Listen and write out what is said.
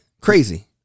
crazy